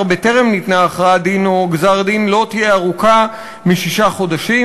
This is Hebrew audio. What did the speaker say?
בטרם ניתנו הכרעת דין או גזר-דין לא תהיה ארוכה משישה חודשים,